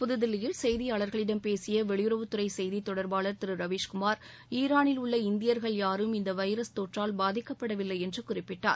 புதுதில்லியில் செய்தியாளர்களிடம் பேசிய வெளியுறவுத்துறை செய்தி தொடர்பாளர் திரு ரவீஸ் குமார் ஈரானில் உள்ள இந்தியர்கள் யாரும் இந்த வைரஸ் தொற்றால் பாதிக்கப்படவில்லை என்று குறிப்பிட்டார்